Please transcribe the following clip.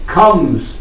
comes